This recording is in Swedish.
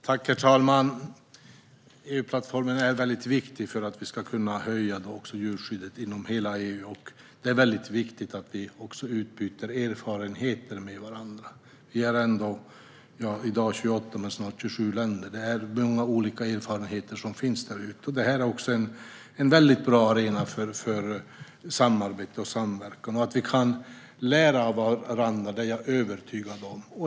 Herr talman! EU-plattformen är väldigt viktig för att vi ska kunna höja djurskyddet inom hela EU. Det är också viktigt att vi utbyter erfarenheter med varandra. Vi är ändå i dag 28 men snart 27 länder, och det är många olika erfarenheter som finns där. Detta är en mycket bra arena för samarbete och samverkan. Att vi kan lära av varandra är jag övertygad om.